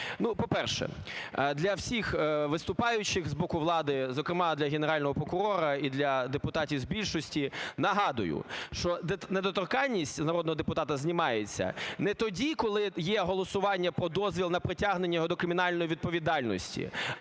по-перше, для всіх виступаючих з боку влади, зокрема для Генерального прокурора і для депутатів з більшості, нагадую, що недоторканність народного депутата знімається не тоді, коли є голосування про дозвіл на притягнення його до кримінальної відповідальності,